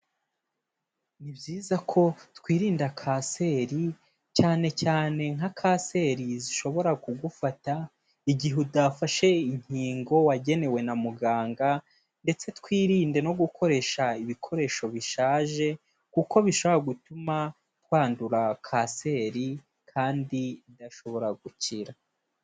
Ni byiza ko twirinda kanseri, cyane cyane nka kanseri zishobora kugufata igihe utafashe inkingo wagenewe na muganga, ndetse twirinde no gukoresha ibikoresho bishaje, kuko bishobora gutuma twandura Kanseri kandi idashobora gukira.